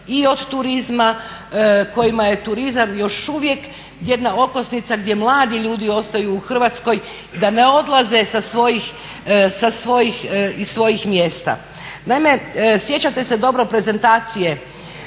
i od turizma, kojima je turizam još uvijek jedna okosnica gdje mladi ljudi ostaju u Hrvatskoj da ne odlaze iz svojih mjesta. Naime, sjećate se dobro prezentacije